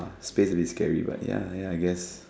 space a bit scary but ya ya I guess